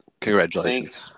Congratulations